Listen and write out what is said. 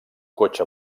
cotxe